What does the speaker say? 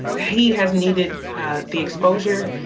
he has needed the exposure,